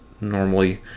normally